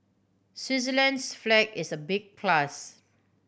Switzerland's flag is a big plus